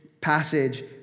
passage